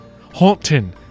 Haunting